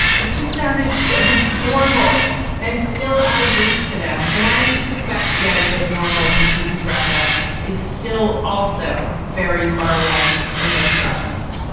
it just sounded so normal and still out of reach to them. and i suspect the idea of normal in putin's russia is still also very far away from most russians.